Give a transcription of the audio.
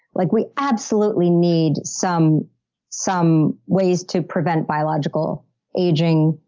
like we absolutely need some some ways to prevent biological aging.